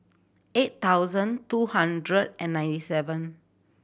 eight thousand two hundred and ninety seven